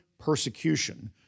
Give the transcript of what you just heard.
persecution